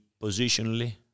positionally